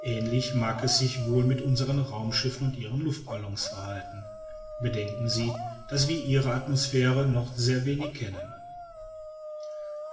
ähnlich mag es sich wohl mit unsern raumschiffen und ihren luftballons verhalten bedenken sie daß wir ihre atmosphäre noch sehr wenig kennen